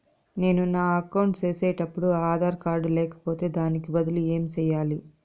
నేను నా అకౌంట్ సేసేటప్పుడు ఆధార్ కార్డు లేకపోతే దానికి బదులు ఏమి సెయ్యాలి?